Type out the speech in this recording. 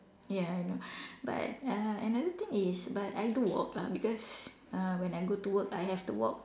ya I know but uh another thing is but I do walk lah because uh when I go to work I have to walk